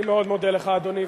אני מאוד מודה לך, אדוני.